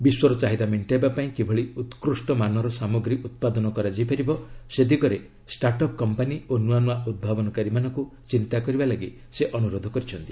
ବିଶ୍ୱର ଚାହିଦା ମେଣ୍ଟାଇବା ପାଇଁ କିଭଳି ଉତ୍କୁଷ୍ଟମାନର ସାମଗ୍ରୀ ଉତ୍ପାଦନ କରାଯାଇ ପାରିବ ସେ ଦିଗରେ ଷ୍ଟାର୍ଟ୍ଅପ୍ କମ୍ପାନୀ ଓ ନୂଆ ନୂଆ ଉଭାବନକାରୀ ମାନଙ୍କୁ ଚିନ୍ତାକରିବାକୁ ସେ ଅନୁରୋଧ କରିଛନ୍ତି